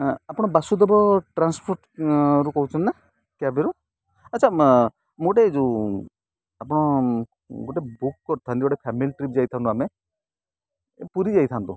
ଆପଣ ବାସୁଦେବ ଟ୍ରାନ୍ସପୋର୍ଟରୁ କହୁଛନ୍ତି ନା କ୍ୟାବରୁ ଆଚ୍ଛା ମୁଁ ଗୋଟେ ଯେଉଁ ଆପଣ ଗୋଟେ ବୁକ୍ କରିଥାନ୍ତି ଗୋଟେ ଫ୍ୟାମିଲି ଟ୍ରିପ୍ ଯାଇଥାନ୍ତୁ ଆମେ ପୁରୀ ଯାଇଥାନ୍ତୁ